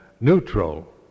neutral